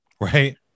Right